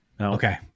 Okay